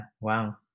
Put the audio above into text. wow